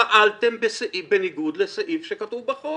פעלתם בניגוד לסעיף שכתוב בחוק.